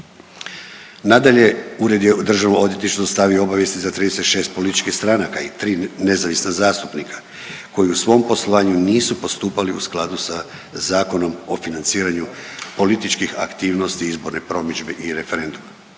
Nadalje, Ured je Državnom odvjetništvu dostavio obavijesti za 36 političkih stranaka i 3 nezavisna zastupnika koji u svom poslovanju nisu postupali u skladu sa Zakonom o financiranju političkih aktivnosti, izborne promidžbe i referenduma.